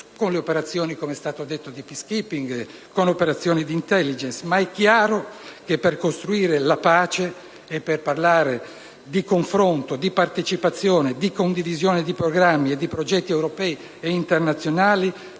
stato detto, di *peace keeping* e di *intelligence*, ma è chiaro che per costruire la pace e per parlare di confronto, di partecipazione, di condivisione di programmi e di progetti europei ed internazionali,